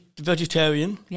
vegetarian